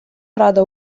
рада